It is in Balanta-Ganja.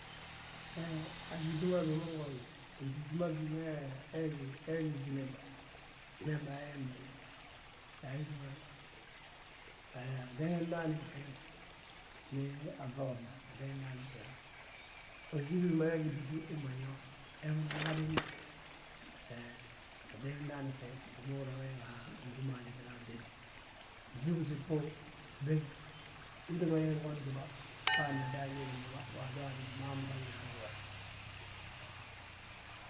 A gyíŧi ma bigi ma ngolini antiiti ma, he gí jídemba, jídemba hee hi ngolu. ateegi ndaani fŧeenŧ nda aŧoorna, ateeg ndaani fŧeenŧ. Unsibili ma he gí bíti, hi ma nñoom, he fana nda adumna he, ateeŋ ndaani fŧeeŧ wi ma húri yaa wee wi antúm a liitina antimbi. Gyíŧi bisib bogi bége, wi tíngani ñe ngolitibà, bâana daajirri ngi bà waato waati ngi mbàmba bâgina hala uwoda.